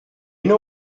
know